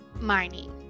mining